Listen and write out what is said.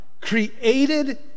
created